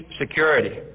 security